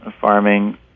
farming